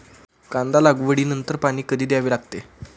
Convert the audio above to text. कांदा लागवडी नंतर पाणी कधी द्यावे लागते?